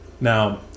Now